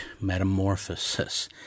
metamorphosis